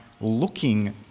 looking